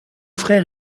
frère